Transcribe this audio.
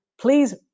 please